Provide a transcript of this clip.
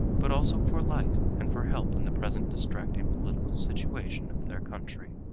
but also for light and for help in the present distracting political situation of their country.